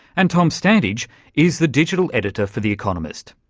and tom standage is the digital editor for the economist.